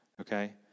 Okay